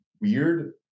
weird